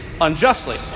unjustly